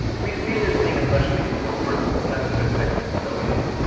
we see it as being especially useful for sensitive fixed facilities.